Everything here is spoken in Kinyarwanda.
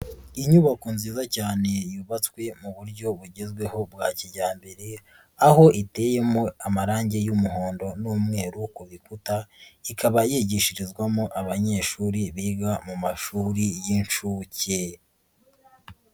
Inyubako nziza cyane yubatswe mu buryo bugezweho bwa kijyambere, aho iteyemo amarangi y'umuhondo n'umweru ku gikuta, ikaba yigishirizwamo abanyeshuri biga mu mashuri y'inshuke.